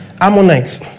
Ammonites